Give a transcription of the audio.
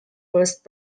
first